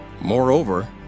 Moreover